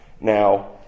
now